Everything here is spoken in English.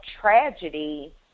tragedy